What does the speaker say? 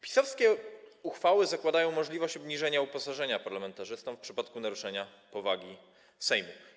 PiS-owskie uchwały zakładają możliwość obniżenia uposażenia parlamentarzystom w przypadku naruszenia powagi Sejmu.